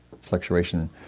fluctuation